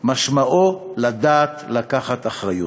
משמעותו לדעת לקחת אחריות.